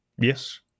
Yes